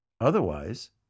Otherwise